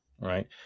Right